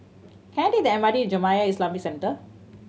can I take the M R T Jamiyah Islamic Centre